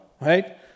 right